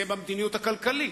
זה במדיניות הכלכלית.